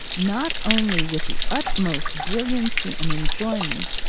not only with the utmost brilliancy and enjoyment,